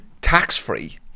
Tax-free